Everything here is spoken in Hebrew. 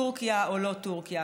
טורקיה או לא טורקיה,